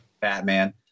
batman